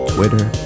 Twitter